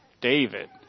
David